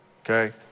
Okay